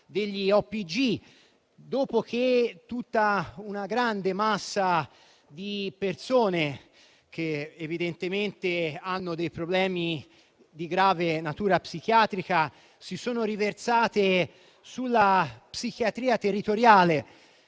dopo che tutta una massa di persone, che evidentemente hanno dei problemi di grave natura psichiatrica, si sono riversate sulla psichiatria territoriale.